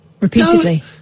repeatedly